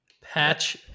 Patch